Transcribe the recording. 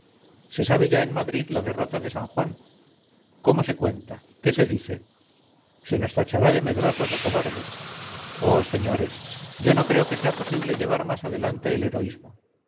se sabe ya en madrid la derrota de san juan cómo se cuenta qué se dice se nos tachará de medrosos o cobardes oh señores yo no creo que sea posible llevar más adelante el heroísmo